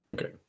Okay